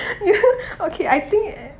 you okay I think